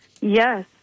Yes